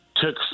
took